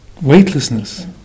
Weightlessness